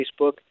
Facebook